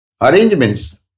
Arrangements